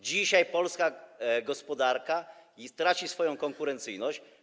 Dzisiaj polska gospodarka traci konkurencyjność.